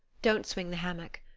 don't swing the hammock.